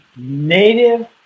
Native